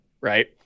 Right